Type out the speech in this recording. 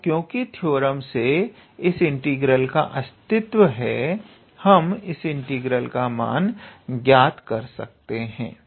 तो क्योंकि थ्योरम से इस इंटीग्रल का अस्तित्व है हम इस इंटीग्रल का मान ज्ञात कर सकते हैं